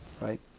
right